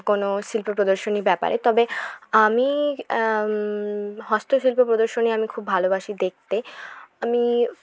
কোনো শিল্প প্রদর্শনী ব্যাপারে তবে আমি হস্তশিল্প প্রদর্শনী আমি খুব ভালোবাসি দেখতে আমি